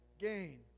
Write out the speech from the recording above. gain